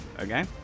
Okay